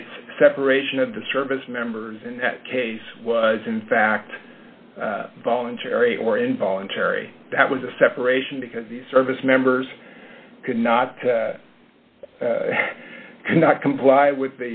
it's separation of the service members in that case was in fact voluntary or involuntary that was a separation because the service members could not not comply